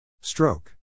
Stroke